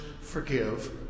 forgive